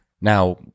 Now